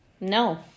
no